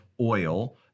oil